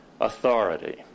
authority